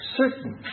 certain